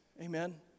Amen